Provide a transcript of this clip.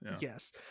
yes